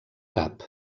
cap